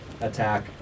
attack